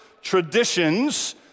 traditions